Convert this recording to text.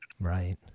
Right